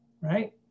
right